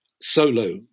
solo